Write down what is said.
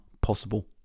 possible